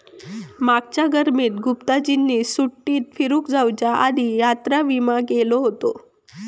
मागच्या गर्मीत गुप्ताजींनी सुट्टीत फिरूक जाउच्या आधी यात्रा विमा केलो हुतो